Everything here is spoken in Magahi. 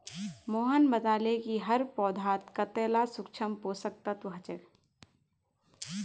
मोहन बताले कि हर पौधात कतेला सूक्ष्म पोषक तत्व ह छे